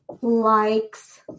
likes